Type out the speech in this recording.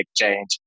change